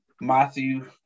Matthew